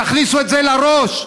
תכניסו את זה לראש.